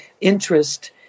interest